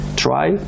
try